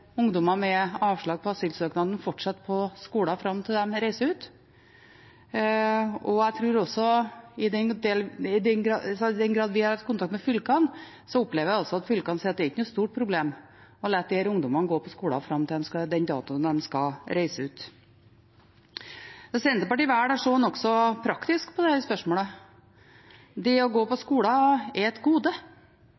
med avslag på asylsøknaden fortsette på skolen fram til de reiser ut. I den grad vi har hatt kontakt med fylkene, opplever jeg at fylkene sier at det ikke er noe stort problem å la disse ungdommene gå på skolen fram til den datoen de skal reise ut. Senterpartiet velger å se nokså praktisk på dette spørsmålet. Det å gå på